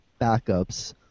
backups